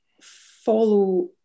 follow